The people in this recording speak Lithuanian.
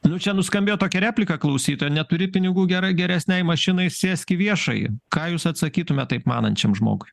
nu čia nuskambėjo tokia replika klausytojo neturi pinigų gera geresnei mašinai sėski į viešąjį ką jūs atsakytumėt taip manančiam žmogui